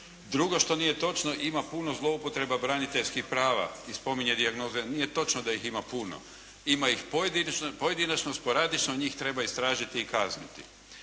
Drugo, što nije točno, ima puno zloupotreba braniteljskih prava i spominje dijagnoze. Nije točno da ih ima puno. Ima ih pojedinačno, sporadično, njih treba istražiti i kazniti.